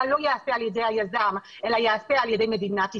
לא ייעשה על ידי היזם אלה ייעשה על ידי מדינת ישראל,